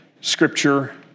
Scripture